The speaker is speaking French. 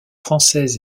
français